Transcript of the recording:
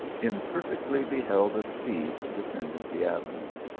im perfectly beheld a steed descending the avenue.